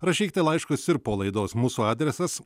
rašykite laiškus ir po laidos mūsų adresas